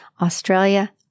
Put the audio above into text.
Australia